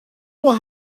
will